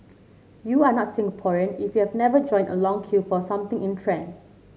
you are not Singaporean if you have never joined a long queue for something in trend